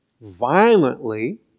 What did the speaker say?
violently